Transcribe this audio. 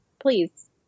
please